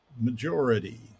majority